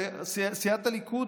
סיעת הליכוד,